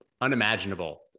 unimaginable